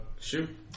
shoot